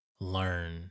learn